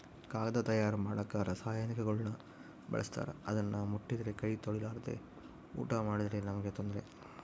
ಕಾಗದ ತಯಾರ ಮಾಡಕ ರಾಸಾಯನಿಕಗುಳ್ನ ಬಳಸ್ತಾರ ಅದನ್ನ ಮುಟ್ಟಿದ್ರೆ ಕೈ ತೊಳೆರ್ಲಾದೆ ಊಟ ಮಾಡಿದ್ರೆ ನಮ್ಗೆ ತೊಂದ್ರೆ